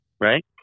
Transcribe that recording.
Right